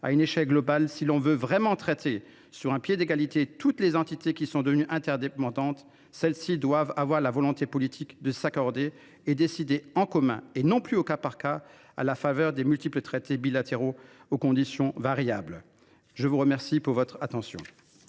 à une échelle globale. Si l’on veut vraiment traiter sur un pied d’égalité toutes les entités devenues interdépendantes, celles ci doivent avoir la volonté politique de s’accorder et de décider en commun, et non plus au cas par cas, à la faveur de multiples traités bilatéraux aux conditions variables. La parole est